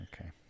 okay